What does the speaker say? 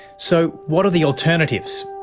so what are the alternatives?